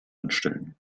anstellen